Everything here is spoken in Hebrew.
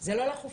זה לא לחופים.